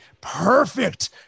perfect